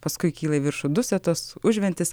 paskui kyla į viršų dusetos užventis